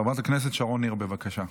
חברת הכנסת שרון ניר, בבקשה.